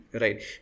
right